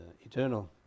eternal